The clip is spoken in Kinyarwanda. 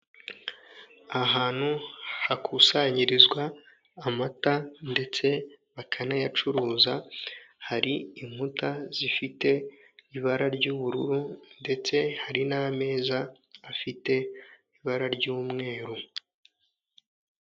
Ahantu hakusanyirizwa amata ndetse bakanayacuruza, hari inkuta zifite ibara ry'ubururu, ndetse hari n'ameza afite ibara ry'umweru.